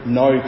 no